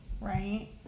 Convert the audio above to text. right